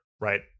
right